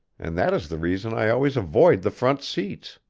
and that is the reason i always avoid the front seats.